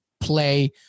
play